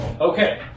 Okay